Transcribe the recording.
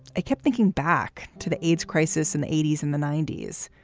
i kept thinking back to the aids crisis in the eighty s, in the ninety s.